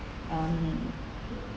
um